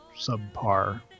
subpar